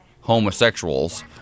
homosexuals